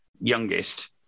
youngest